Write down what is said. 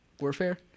Warfare